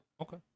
okay